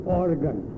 organ